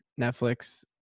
Netflix